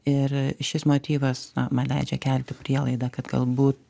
ir šis motyvas na man leidžia kelti prielaidą kad galbūt